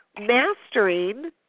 mastering